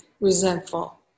resentful